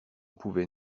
pouvait